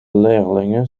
leerlingen